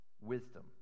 wisdom